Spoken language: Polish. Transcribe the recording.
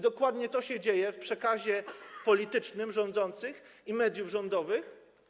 Dokładnie to się dzieje w przekazie politycznym rządzących i mediów rządowych.